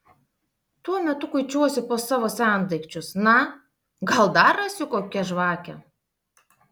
tuo metu kuičiuosi po savo sendaikčius na gal dar rasiu kokią žvakę